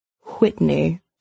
Whitney